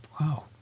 Wow